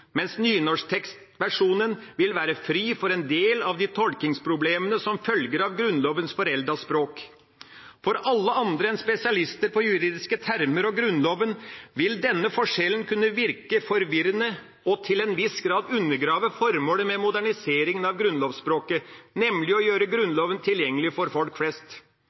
mens nynorskversjonen vil være fri for en del av de tolkningsproblemene som følger av Grunnlovens foreldede språk. For alle andre enn spesialister på juridiske termer og Grunnloven vil denne forskjellen kunne virke forvirrende og til en viss grad undergrave formålet med moderniseringa av grunnlovsspråket, nemlig å gjøre Grunnloven tilgjengelig for folk flest.